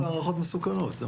הערכות מסוכנות.